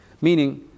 Meaning